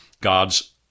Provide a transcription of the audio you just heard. God's